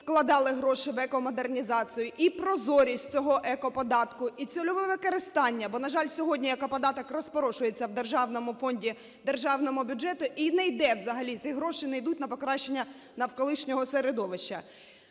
вкладали гроші в екомодернізацію, і прозорість цього екоподатку, і цільове використання, бо, на жаль, сьогодні екоподаток розпорошується в державному фонді, державному бюджеті і не йде… взагалі ці гроші не йдуть на покращання навколишнього середовища.